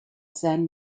seine